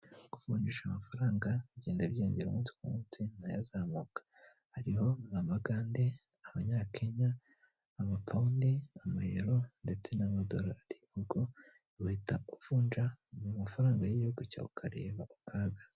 Kuvunjisha amafaranga bigenda byiyongera umunsi ku munsi nayo azamuka, hariho amagande, amanyakenya, amapawundi, amayero ndetse n'amadorari, ubwo uhita uvunja mu mafaranga y'igihugu cyawe ukareba uko ahagaze.